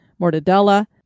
mortadella